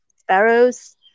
sparrows